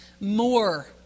more